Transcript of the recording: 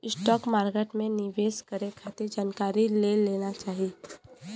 stock market में निवेश करे खातिर जानकारी ले लेना चाही